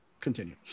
continue